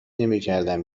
نمیکردم